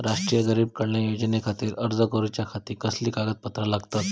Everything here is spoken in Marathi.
राष्ट्रीय गरीब कल्याण योजनेखातीर अर्ज करूच्या खाती कसली कागदपत्रा लागतत?